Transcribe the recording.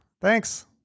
Thanks